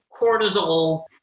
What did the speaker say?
cortisol